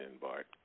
Bart